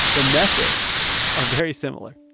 the methods are very similar